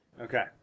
Okay